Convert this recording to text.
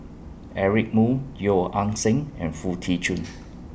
Eric Moo Yeo Ah Seng and Foo Tee Jun